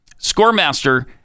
Scoremaster